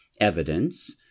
evidence